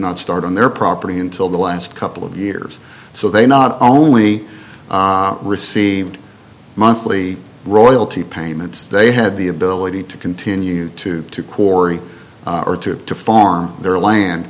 not start on their property until the last couple of years so they not only received monthly royalty payments they had the ability to continue to quarry or to to farm their land